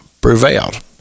prevailed